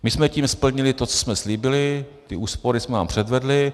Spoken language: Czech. My jsme tím splnili to, co jsme slíbili, ty úspory jsme vám předvedli.